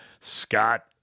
scott